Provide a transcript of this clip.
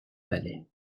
palais